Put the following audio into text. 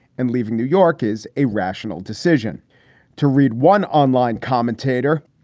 and leaving new york is a rational decision to read one online commentator.